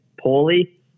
poorly